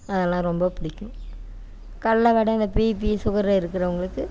அதலாம் ரொம்ப பிடிக்கும் கடல வடை இந்த பிபி சுகரு இருக்கிறவங்களுக்கு